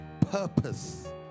Purpose